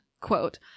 Quote